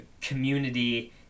community